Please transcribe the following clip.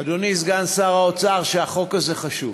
אדוני סגן שר האוצר, שהחוק הזה חשוב.